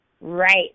Right